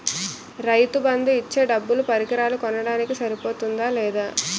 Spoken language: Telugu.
రైతు బందు ఇచ్చే డబ్బులు పరికరాలు కొనడానికి సరిపోతుందా లేదా?